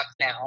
now